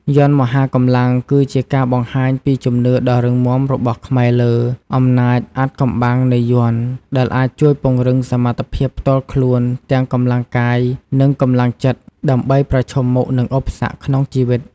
យ័ន្តមហាកម្លាំងគឺជាការបង្ហាញពីជំនឿដ៏រឹងមាំរបស់ខ្មែរលើ អំណាចអាថ៌កំបាំងនៃយ័ន្ត ដែលអាចជួយពង្រឹងសមត្ថភាពផ្ទាល់ខ្លួន ទាំងកម្លាំងកាយ និងកម្លាំងចិត្ត ដើម្បីប្រឈមមុខនឹងឧបសគ្គក្នុងជីវិត។